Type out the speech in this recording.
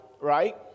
right